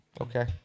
okay